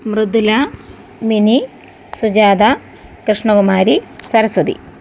Mridula Mini Sujatha Krishnakumari Saraswati